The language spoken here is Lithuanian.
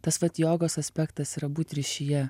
tas vat jogos aspektas yra būt ryšyje